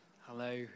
Hello